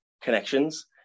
connections